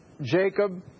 Jacob